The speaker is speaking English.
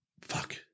fuck